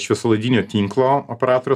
šviesolaidinio tinklo operatorių